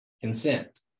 consent